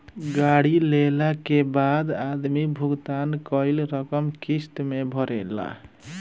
गाड़ी लेला के बाद आदमी भुगतान कईल रकम किस्त में भरेला